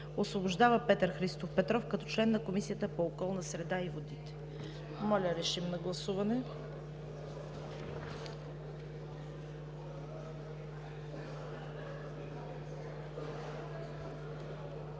Освобождава Петър Христов Петров като член на Комисията по околната среда и водите.“ Моля, режим на гласуване.